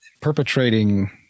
perpetrating